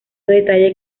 detalle